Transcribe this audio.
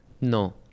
No